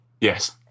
Yes